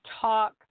talk